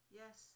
yes